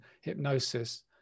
hypnosis